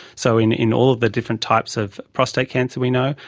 so in in all of the different types of prostate cancer we know.